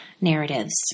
narratives